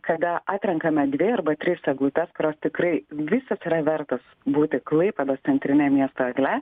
kada atrenkame dvi arba tris eglutes kurios tikrai visos yra vertos būti klaipėdos centrine miesto egle